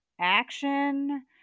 action